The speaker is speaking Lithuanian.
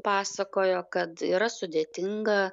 pasakojo kad yra sudėtinga